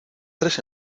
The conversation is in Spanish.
tres